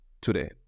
today